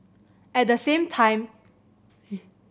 at the same time